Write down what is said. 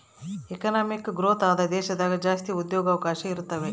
economic growth ಆದ ದೇಶದಾಗ ಜಾಸ್ತಿ ಉದ್ಯೋಗವಕಾಶ ಇರುತಾವೆ